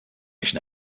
nicht